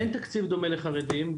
אין תקציב דומה לחרדים,